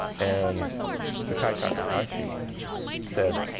and so clyde takahashi said,